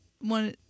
one